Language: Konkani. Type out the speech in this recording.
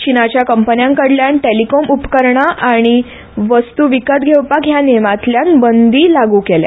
चीनाच्या कंपन्यां कडल्यान टॅलीकॉम उपकरणां आनी वस्तू विकत घेवपाक ह्या नेमांतल्यान बंदी लागू केल्या